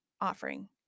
offering